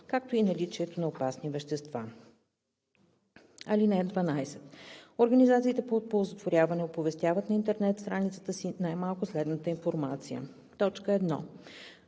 както и наличието на опасни вещества. (12) Организациите по оползотворяване оповестяват на интернет страницата си най-малко следната информация: 1.